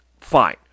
fine